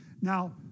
Now